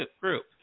group